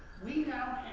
we now